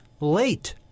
late